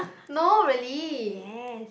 no really